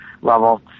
level